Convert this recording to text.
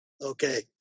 okay